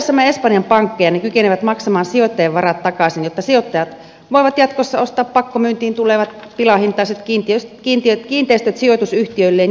rahoittaessamme espanjan pankkeja ne kykenevät maksamaan sijoittajien varat takaisin jotta sijoittajat voivat jatkossa ostaa pakkomyyntiin tulevat pilahintaiset kiinteistöt sijoitusyhtiöilleen ja itselleen